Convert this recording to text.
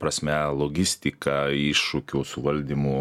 prasme logistiką iššūkių suvaldymu